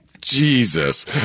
Jesus